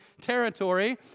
territory